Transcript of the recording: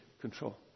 control